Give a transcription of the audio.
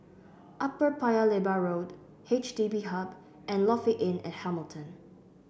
Upper Paya Lebar Road H D B Hub and Lofi Inn at Hamilton